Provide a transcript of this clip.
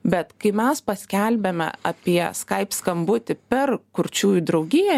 bet kai mes paskelbėme apie skype skambutį per kurčiųjų draugiją